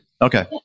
Okay